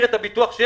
התעסק בריפוי,